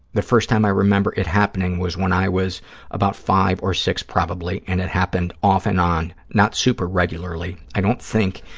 the first time i remember it happening was when i was about five or six, probably, and it happened off and on, not super regularly, i don't think,